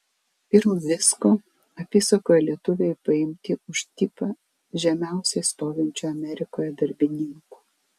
pirm visko apysakoje lietuviai paimti už tipą žemiausiai stovinčių amerikoje darbininkų